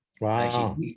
Wow